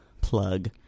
plug